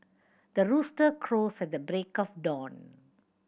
the rooster crows at the break of dawn